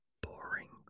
boring